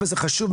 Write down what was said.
וזה חשוב,